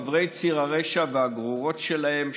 חברי ציר הרשע והגרורות שלהם,